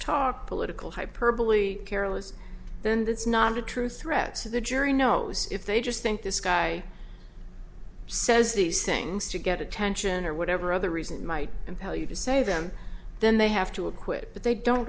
talk political hyperbole careless then that's not a true threat so the jury knows if they just think this guy says these things to get attention or whatever other reason might and tell you to save them then they have to acquit but they don't